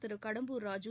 Thiru Kadambur Raju